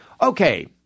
Okay